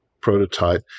prototype